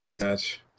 match